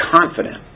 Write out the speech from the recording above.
confident